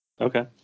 Okay